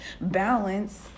balance